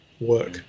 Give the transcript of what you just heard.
work